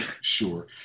sure